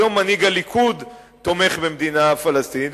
היום מנהיג הליכוד תומך במדינה פלסטינית,